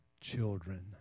children